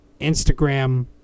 Instagram